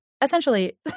essentially